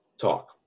talk